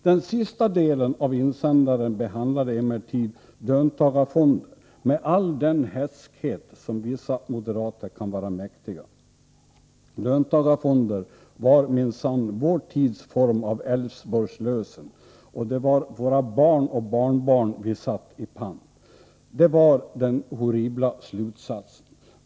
Den sista delen av insändaren behandlade emellertid löntagarfonder med all den hätskhet som vissa moderater kan vara mäktiga. Löntagarfonder var minsann vår tids form av Älvsborgs lösen, och det var våra barn och barnbarn visatti pant. Det var den horribla slutsatsen.